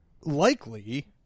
likely